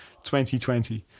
2020